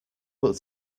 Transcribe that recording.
but